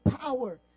power